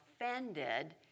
offended